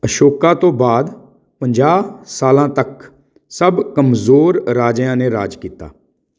ਅਸ਼ੋਕਾ ਤੋਂ ਬਾਅਦ ਪੰਜਾਹ ਸਾਲਾਂ ਤੱਕ ਸਭ ਕਮਜ਼ੋਰ ਰਾਜਿਆਂ ਨੇ ਰਾਜ ਕੀਤਾ